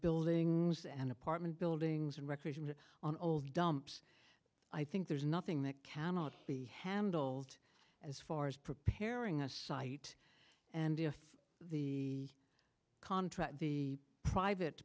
buildings and apartment buildings and recreation on old dumps i think there's nothing that cannot be handled as far as preparing a site and if the contract the private